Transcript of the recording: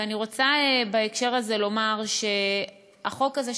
אני רוצה בהקשר הזה לומר שהחוק הזה,